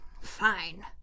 Fine